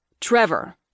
Trevor